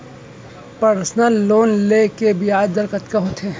Personal loan ले के ब्याज दर कतका होथे?